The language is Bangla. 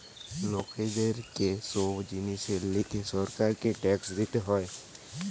লোকদের কে সব জিনিসের লিগে সরকারকে ট্যাক্স দিতে হয়